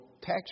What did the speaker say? tax